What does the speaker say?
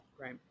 Right